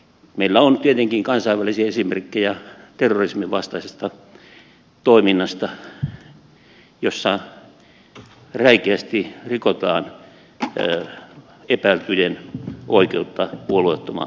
meillä on tietenkin kansainvälisiä esimerkkejä terrorismin vastaisesta toiminnasta jossa räikeästi rikotaan epäiltyjen oikeutta puolueettomaan oikeudenkäyntiin